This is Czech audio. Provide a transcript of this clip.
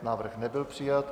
Návrh nebyl přijat.